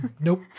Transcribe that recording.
Nope